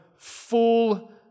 full